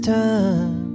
time